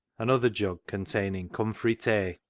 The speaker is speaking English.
another jug containing cumfrey tay.